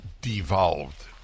devolved